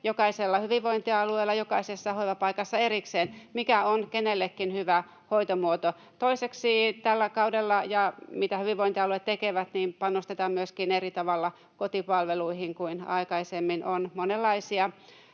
jokaisella hyvinvointialueella, jokaisessa hoivapaikassa erikseen — mikä on kenellekin hyvä hoitomuoto. Toiseksi tällä kaudella — ja mitä hyvinvointialueet tekevät — panostetaan myöskin eri tavalla kotipalveluihin kuin aikaisemmin. On monenlaisia